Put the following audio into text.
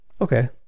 Okay